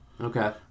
Okay